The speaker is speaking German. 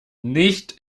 nicht